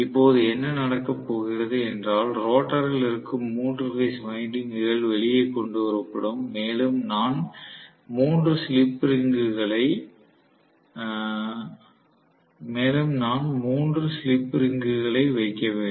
இப்போது என்ன நடக்கப் போகிறது என்றால் ரோட்டரில் இருக்கும் மூன்று பேஸ் வைண்டிங்க்குகள் வெளியே கொண்டு வரப்படும் மேலும் நான் 3 ஸ்லிப் ரிங்குகளை வைக்க வேண்டும்